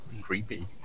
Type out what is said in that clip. Creepy